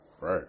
Right